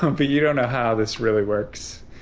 kind of you don't know how this really works